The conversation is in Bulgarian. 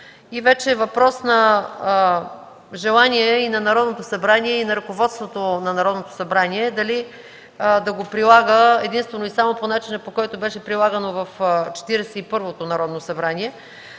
вече е въпрос на желание и на Народното събрание, и на ръководството на Народното събрание дали да го прилага единствено и само по начина, по който беше прилагано в Четиридесет